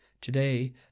Today